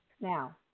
now